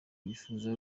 bifuza